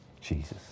Jesus